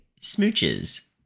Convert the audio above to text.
Smooches